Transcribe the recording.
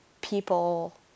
people